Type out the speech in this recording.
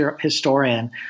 historian